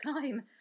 time